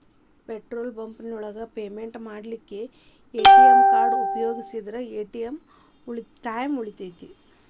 petrol bunk ಒಳಗ payment ಮಾಡ್ಲಿಕ್ಕೆ ATM card ಉಪಯೋಗಿಸಿದ್ರ ಟೈಮ್ ಉಳಿತೆತಿ